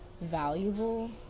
valuable